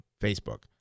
Facebook